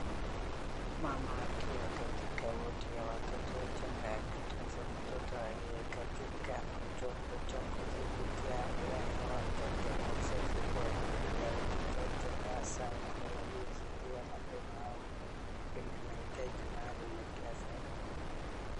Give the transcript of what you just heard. Mama akiwa katika wodi ya watoto changa, akitunza mtoto aliye katika chombo cha kudhibitia hali ya hewa au joto na usafi kwa watoto wachanga hasa waliozaliwa mapema au wenye mahiaji maalum ya kiafya.